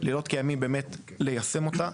לילות כימים באמת ליישם אותה.